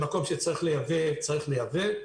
במקום שצריך לייבא צריך לייבא,